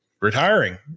retiring